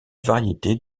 variété